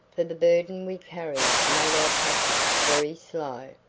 for the burden we carried made our passage very slow.